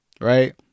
right